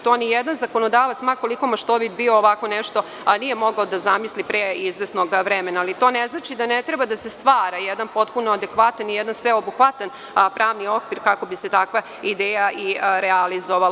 To nijedan zakonodavac, ma koliko maštovit bio, ovako nešto nije mogao da zamisli pre izvesnog vremena, ali to ne znači da ne treba da se stvara jedan potpuno adekvatan i jedan sveobuhvatan pravni okvir kako bi se takva ideja i realizovala.